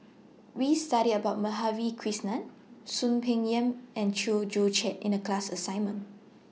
We studied about Madhavi Krishnan Soon Peng Yam and Chew Joo Chiat in The class assignment